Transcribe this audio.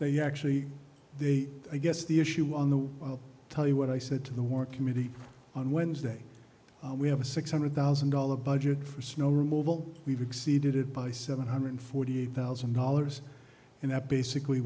they actually the i guess the issue on the i'll tell you what i said to the war committee on wednesday we have a six hundred thousand dollar budget for snow removal we've exceeded it by seven hundred forty eight thousand dollars and that basically